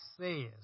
says